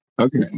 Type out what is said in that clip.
Okay